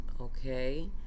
okay